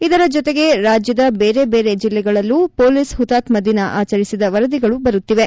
ಇದರ ಜೊತೆಗೆ ರಾಜ್ಯ ಬೇರೆ ಬೇರೆ ಜಿಲ್ಲೆಗಳಲ್ಲೂ ಮೊಲೀಸ್ ಹುತಾತ್ನ ದಿನ ಆಚರಿಸಿದ ವರದಿಗಳು ಬರುತ್ತಿವೆ